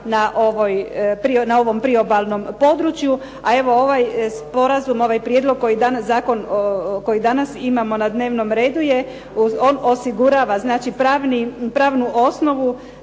na ovom priobalnom području, a evo ovaj sporazum, ovaj prijedlog koji danas, zakon koji danas imamo na dnevnom redu, on osigurava znači pravnu osnovu